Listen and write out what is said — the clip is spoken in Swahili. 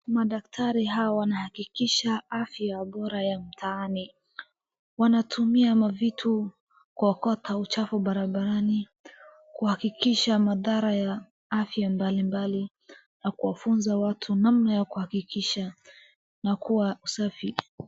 Madaktari hawa wanahakikisha afya bora ya mtaani. Wanatumia mavitu kuokota uchafu barabarani kuhakikisha madhara ya afya mbalimbali na kuwafunza watu namna ya kuhakikisha na kuwa wasafi.